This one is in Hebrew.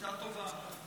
שיטה טובה.